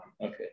Okay